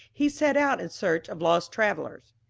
he set out in search of lost travellers.